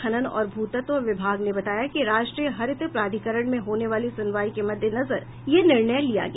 खनन और भू तत्व विभाग ने बताया कि राष्ट्रीय हरित प्राधिकरण में होने वाली सुनवाई के मद्देनजर यह निर्णय लिया गया